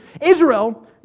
Israel